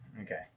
Okay